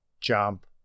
jump